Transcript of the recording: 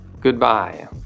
Goodbye